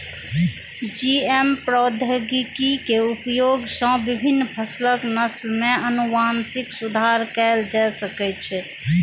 GM प्रौद्योगिकी के उपयोग सं विभिन्न फसलक नस्ल मे आनुवंशिक सुधार कैल जा सकै छै